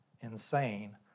insane